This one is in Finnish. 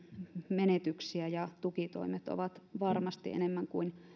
menetyksiä ja tukitoimet ovat varmasti enemmän kuin